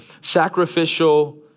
sacrificial